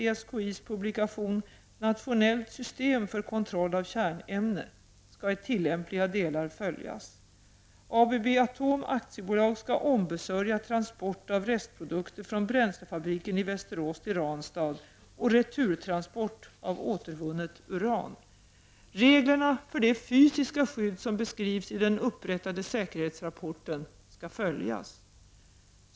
— Reglerna för det fysiska skydd, som beskrivs i den upprättade säkerhetsrapporten, skall följas.